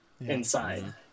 inside